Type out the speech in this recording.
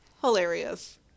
hilarious